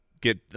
get